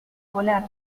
volar